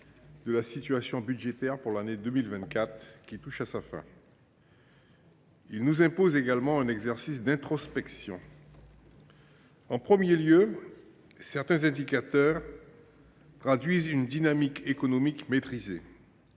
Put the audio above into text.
de la situation budgétaire pour l’année 2024, qui touche à sa fin. Il nous impose également un exercice d’introspection. Certains indicateurs traduisent une dynamique économique maîtrisée.